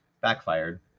backfired